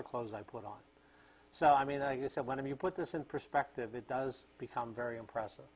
the clothes i put on so i mean i guess when you put this in perspective it does become very impressive